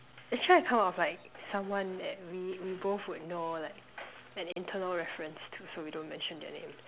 actually I thought of like someone that we we both would know like an internal reference so we don't mention their name